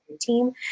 team